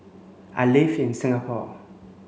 I live in Singapore